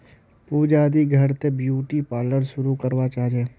पूजा दी घर त ब्यूटी पार्लर शुरू करवा चाह छ